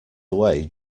away